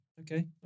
Okay